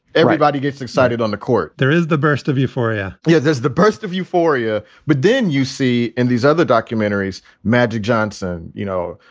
everybody gets excited on the court. there is the burst of euphoria. yeah, there's the burst of euphoria. but then you see in these other documentaries, magic johnson, you know,